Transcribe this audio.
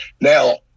Now